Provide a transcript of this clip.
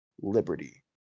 Liberty